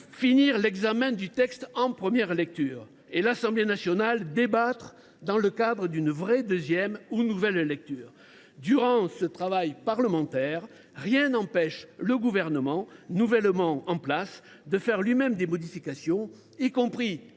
finir l’examen du texte en première lecture, puis l’Assemblée nationale en débattre dans le cadre d’une deuxième ou d’une nouvelle lecture. Durant ce travail parlementaire, rien n’empêchera le gouvernement nouvellement installé de proposer lui même des modifications, y compris